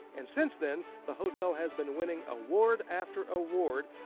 and since then, the hotel has been winning award after award.